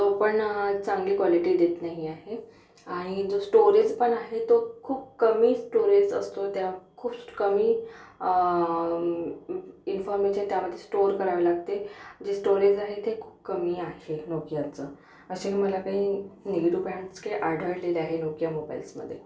तोपण चांगली क्वॉलिटी देत नाही आहे आणि जो स्टोरेजपण आहे तो खूप कमी स्टोरेज असतो त्या खूप कमी इन्फॉमेशन त्यामध्ये स्टोर करावी लागते जे स्टोरेज आहे ते खूप कमी आहे नोकियाचं असे मला काही निगेट्यू पॅईंट्स के आढळलेले आहेत नोकिया मोबाईल्समध्ये